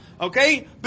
okay